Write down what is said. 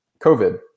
covid